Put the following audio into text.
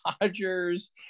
Dodgers